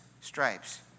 stripes